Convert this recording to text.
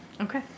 Okay